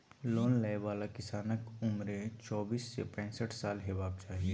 loan लय बला किसानक उमरि चौबीस सँ पैसठ साल हेबाक चाही